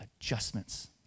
adjustments